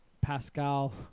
Pascal